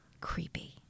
creepy